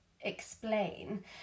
explain